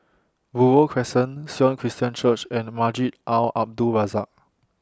Buroh Crescent Sion Christian Church and Masjid Al Abdul Razak